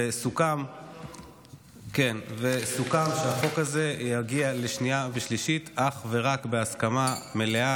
וסוכם שהחוק הזה יגיע לשנייה ושלישית אך ורק בהסכמה מלאה,